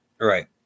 Right